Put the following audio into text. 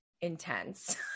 intense